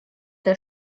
der